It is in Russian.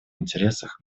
интересах